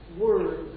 word